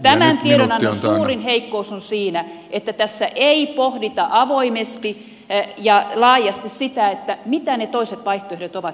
tämän tiedonannon suurin heikkous on siinä että tässä ei pohdita avoimesti ja laajasti sitä mitä ne toiset vaihtoehdot ovat